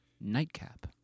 Nightcap